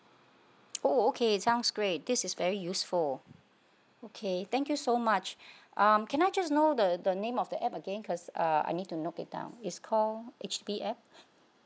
oh okay sounds great this is very useful okay thank you so much um can I just know the the name of the app again cause uh I need to note it down it's call H B app